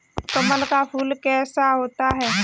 कमल का फूल कैसा होता है?